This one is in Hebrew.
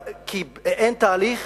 כי באין תהליך